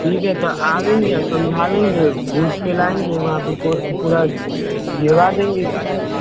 ठीक है तो आवेंगे और समझावेंगे भोट के लाएँगे वहाँ पर को पूरा दिवा देंगे